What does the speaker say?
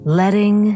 letting